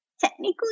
Technically